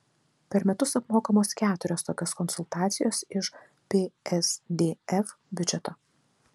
per metus apmokamos keturios tokios konsultacijos iš psdf biudžeto